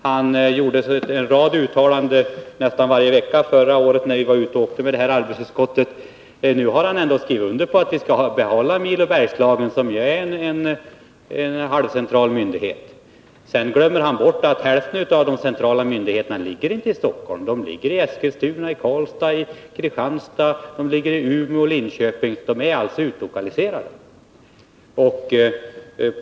Han gjorde en rad uttalanden, nästan varje vecka, förra året när vi var ute och åkte med arbetsutskottet. Nu har han skrivit under att vi skall behålla Milo Bergslagen, som ju är en halvcentral myndighet. Sedan glömmer han bort att hälften av de centrala myndigheterna inte ligger i Stockholm. De ligger i Eskilstuna, Karlstad, Kristianstad, Umeå, Linköping. De är alltså utlokaliserade.